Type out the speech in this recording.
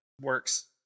works